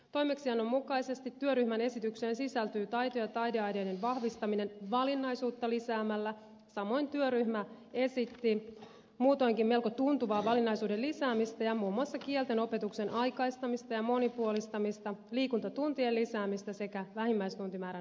toimeksiannon mukaisesti työryhmän esitykseen sisältyy taito ja taideaineiden vahvistaminen valinnaisuutta lisäämällä samoin työryhmä esitti muutoinkin melko tuntuvaa valinnaisuuden lisäämistä ja muun muassa kielten opetuksen aikaistamista ja monipuolistamista liikuntatuntien lisäämistä sekä vähimmäistuntimäärän nostamista